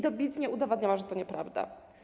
Dobitnie udowadniała, że to nieprawda.